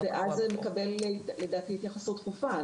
ולדעתי מקבל התייחסות דחופה.